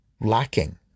lacking